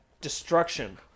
destruction